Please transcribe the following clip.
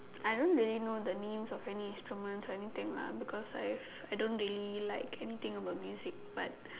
I don't really know the names of any instruments or anything lah because I I don't really like anything about music but